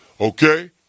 okay